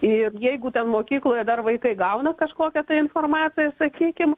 ir jeigu ten mokykloje dar vaikai gauna kažkokią informaciją sakykim